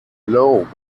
low